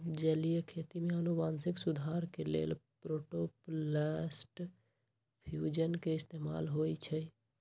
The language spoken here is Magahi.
जलीय खेती में अनुवांशिक सुधार के लेल प्रोटॉपलस्ट फ्यूजन के इस्तेमाल होई छई